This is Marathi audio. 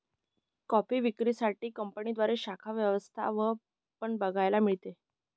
कॉफी विक्री साठी कंपन्यांद्वारे शाखा व्यवस्था पण बघायला मिळते